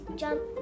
jump